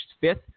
fifth